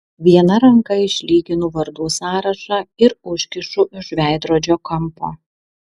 viena ranka išlyginu vardų sąrašą ir užkišu už veidrodžio kampo